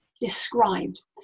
described